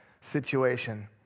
situation